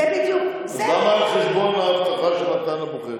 אז למה על חשבון ההבטחה שהוא נתן לבוחר?